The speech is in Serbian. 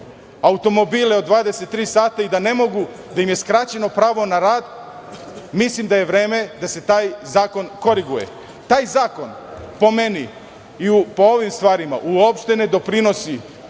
automobile od 23.00 sata i da ne mogu, da im je skraćeno pravo na rad, mislim da je vreme da se taj zakon koriguje. Taj zakon po meni i po ovim stvarima uopšte ne doprinosi